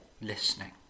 listening